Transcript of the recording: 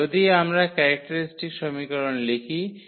তাই যদি আমরা ক্যারেক্টারিস্টিক সমীকরণ লিখি